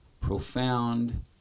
profound